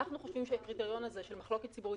אנחנו חושבים שהקריטריון הזה של מחלוקת ציבורית